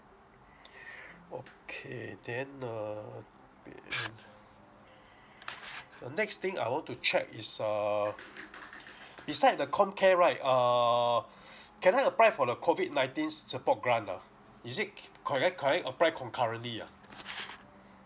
okay then err the next thing I want to check is err beside the comcare right err can I apply for the COVID nineteen support grant ah is it c~ correct can I apply concurrently ah